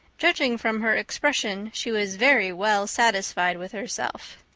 judging from her expression she was very well satisfied with herself.